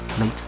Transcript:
Late